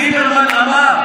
ליברמן אמר: